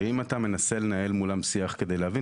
ואם אתה מנסה לנהל מולם שיח כדי להבין